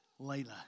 Layla